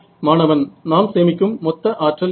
மாணவன் நாம் சேமிக்கும் மொத்த ஆற்றல் என்ன